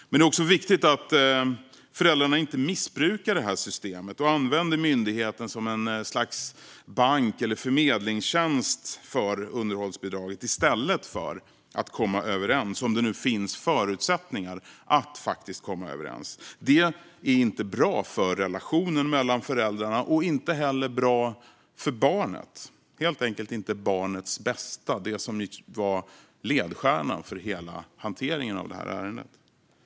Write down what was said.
Men det är också viktigt att föräldrarna inte missbrukar systemet och använder myndigheten som ett slags bank eller förmedlingstjänst för underhållsbidraget i stället för att komma överens, om det nu finns förutsättningar att göra det. Det är inte bra för relationen mellan föräldrarna och inte heller bra för barnet. Det är helt enkelt inte barnets bästa, vilket var ledstjärnan för hela hanteringen av det här ärendet.